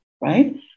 right